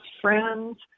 friends